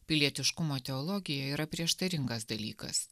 pilietiškumo teologija yra prieštaringas dalykas